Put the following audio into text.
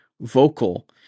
vocal